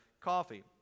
coffee